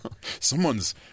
Someone's